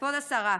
כבוד השרה,